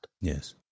Yes